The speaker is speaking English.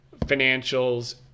financials